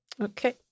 Okay